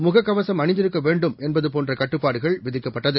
முகக் கவசம் அணிந்திருக்க வேண்டும் என்பது போன்ற கட்டுப்பாடுகள் விதிக்கப்பட்டது